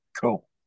cool